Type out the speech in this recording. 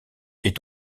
est